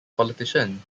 politician